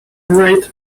rate